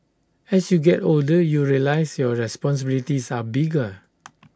as you get older you realise your responsibilities are bigger